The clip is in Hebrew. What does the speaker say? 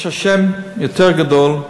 יש אשם יותר גדול,